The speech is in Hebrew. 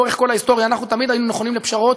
לאורך כל ההיסטוריה אנחנו תמיד היינו נכונים לפשרות.